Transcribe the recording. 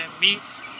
Meats